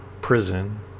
prison